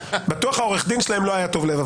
בטוח שהעורך-דין שלהם לא היה טוב לב,